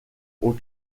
aux